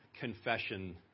confession